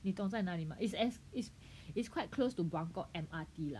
你懂在哪里 mah it's as it's it's quite close to Buangkok M_R_T lah